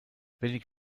wenig